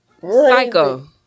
Psycho